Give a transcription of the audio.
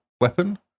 weapon